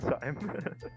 time